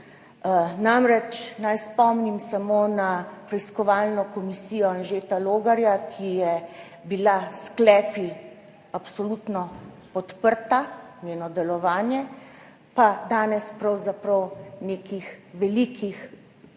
države. Naj spomnim samo na preiskovalno komisijo Anžeta Logarja, ki je bila s sklepi absolutno podprta, njeno delovanje pa danes pravzaprav nekih velikih